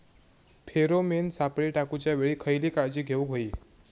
Pheromone सापळे टाकूच्या वेळी खयली काळजी घेवूक व्हयी?